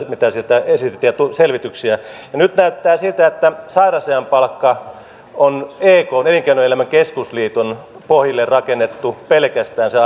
ja selvityksiä joita sieltä tuli nyt näyttää siltä että sairausajan palkka on pelkästään ekn elinkeinoelämän keskusliiton pohjille rakennettu se